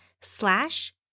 slash